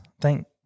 Thank